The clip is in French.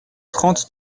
trente